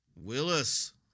Willis